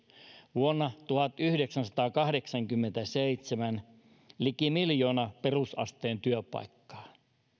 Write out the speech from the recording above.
vuonna tuhatyhdeksänsataakahdeksankymmentäseitsemän liki miljoona perusasteen työpaikkaa